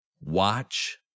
watch